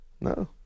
No